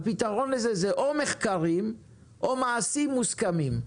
הפתרון לזה זה או מחקרים, או מעשים מוסכמים,